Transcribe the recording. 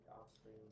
Offspring